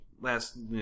Last